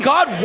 God